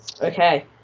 Okay